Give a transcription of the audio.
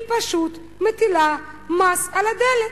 היא פשוט מטילה מס על הדלק,